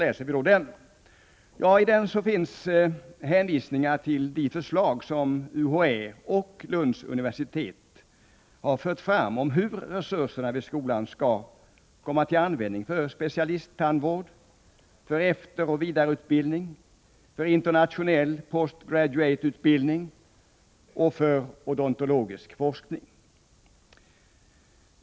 I denna proposition hänvisas till de förslag som UHÄ och Lunds universitet har fört fram om hur resurserna vid skolan skall komma till användning för specialisttandvård, efteroch vidareutbildning, internationell postgraduateutbildning samt odontologisk forskning.